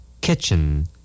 Kitchen